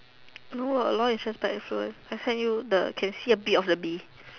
no I not interested also leh I send you can see a bit of the Bee